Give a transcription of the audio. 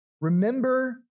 Remember